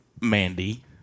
Mandy